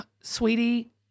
sweetie